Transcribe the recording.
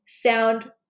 sound